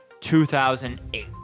2008